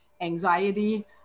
anxiety